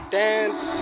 dance